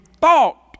thought